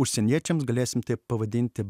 užsieniečiams galėsim taip pavadinti